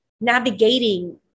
navigating